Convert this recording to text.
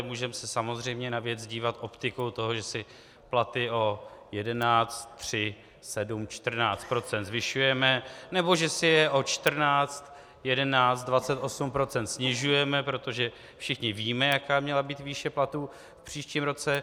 Můžeme se samozřejmě na věc dívat optikou toho, že si platy o 11, 3, 7, 14 % zvyšujeme nebo že si je o 14, 11, 28 % snižujeme, protože všichni víme, jaká měla být výše platů v příštím roce.